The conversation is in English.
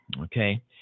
Okay